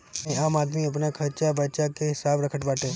एमे आम आदमी अपन खरचा बर्चा के हिसाब रखत बाटे